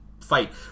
fight